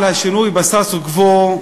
על השינוי בסטטוס-קוו,